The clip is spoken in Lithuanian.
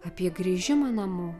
apie grįžimą namo